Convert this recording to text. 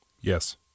Yes